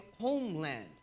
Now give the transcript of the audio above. homeland